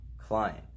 client